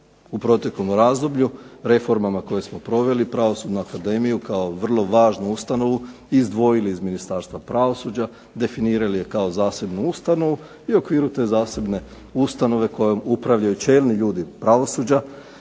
u proteklom razdoblju reformama koje smo proveli Pravosudnu akademiju kao vrlo važnu ustanovu izdvojili iz Ministarstva pravosuđa, definirali je kao zasebnu ustanovu i u okviru te zasebne ustanove kojom upravljaju čelni ljudi pravosuđa